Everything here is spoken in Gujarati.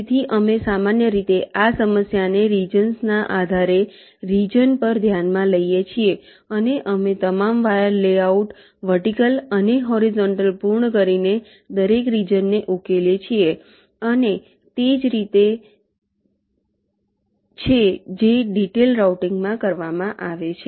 તેથી અમે સામાન્ય રીતે આ સમસ્યાને રિજન્સ ના આધારે રિજન પર ધ્યાનમાં લઈએ છીએ અને અમે તમામ વાયર લેઆઉટ વર્ટિકલ અને હોરીઝોન્ટલ પૂર્ણ કરીને દરેક રિજન ને ઉકેલીએ છીએ અને આ તે જ છે જે ડિટેઈલ્ડ રાઉટીંગમાં કરવામાં આવે છે